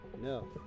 No